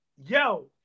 yo